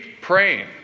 praying